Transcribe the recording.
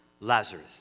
Lazarus